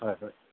হয় হয়